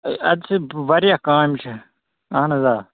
اَے اَدٕ چھِ واریاہ کامہِ چھےٚ اَہَن حظ آ